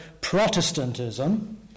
Protestantism